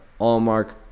Allmark